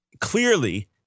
clearly